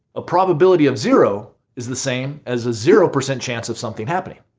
a probability of zero is the same as a zero percent chance of something happening,